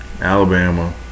Alabama